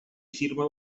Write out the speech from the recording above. firma